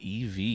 EV